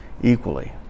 equally